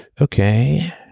Okay